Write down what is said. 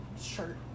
shirt